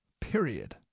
Period